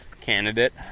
candidate